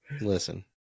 listen